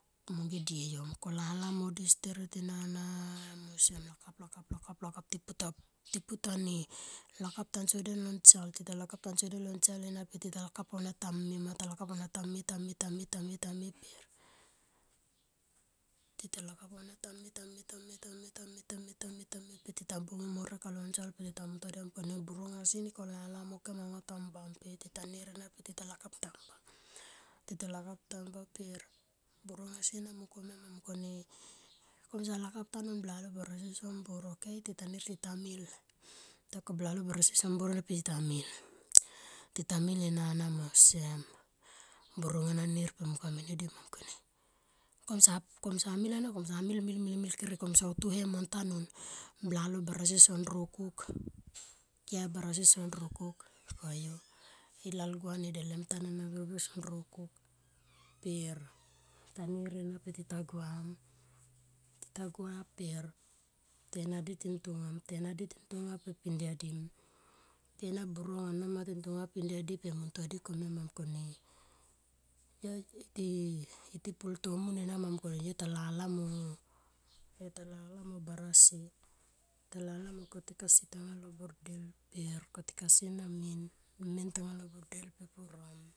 Monge dieyom kolala mo di steret enana em osem lakap, lakap, lakap, lakap, lakap tiputa ti pu tane lakap tansoden lonsal tilakap tansoden lo nsal per tita lakap aunia tamem ma talakap aunia tame, tame, tame per tita lakap aunia tame, tame, tame, tame, tame, tame, tame, tame per tita bungim horek aunia tame per ti mungtua di mungkene burung asi ni kolala mokem aunga tamba per titanir ena tita lakap aunia tamba tita lakap tamba per burong asi na mungko mia ma mungkone komsa lakap tanun blalo barasi som buor. Ok titanir tita mil tita mungkone blalo barasi som buor enaper tita mil tita mil enana ma osem burong ana nir enana mungkomia mo mungkone kemsa mil aunia komsa mil, mil, mil kere komso tuhe mo ntanun blalo barasi son rokuk kia barasi son rokuk koyu e lalguan e delemtan ana birbir son rokuk per tita nir enana pe tita guam tita gua per tena di tintonga tenaditonga per pindia dim. Tena burong anama tin tong pidia di per mungtua dim mungkomia ma mungkone ti pultomun enama mungkone yotalala mo barasi talala mo ketik asi tanga lo burdel per kotik asina men, men tanga lo burdel per pu ra.